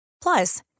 Plus